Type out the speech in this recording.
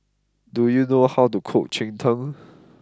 do you know how to cook Cheng Tng